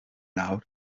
nawr